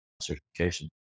certification